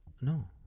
No